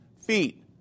feet